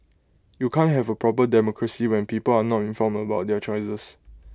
you can't have A proper democracy when people are not informed about their choices